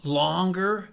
longer